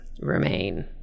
remain